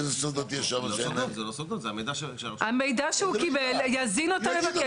שם היה מנגנון.